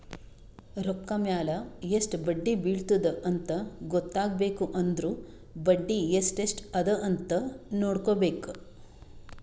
ರೊಕ್ಕಾ ಮ್ಯಾಲ ಎಸ್ಟ್ ಬಡ್ಡಿ ಬಿಳತ್ತುದ ಅಂತ್ ಗೊತ್ತ ಆಗ್ಬೇಕು ಅಂದುರ್ ಬಡ್ಡಿ ಎಸ್ಟ್ ಎಸ್ಟ್ ಅದ ಅಂತ್ ನೊಡ್ಕೋಬೇಕ್